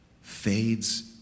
fades